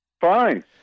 Fine